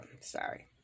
sorry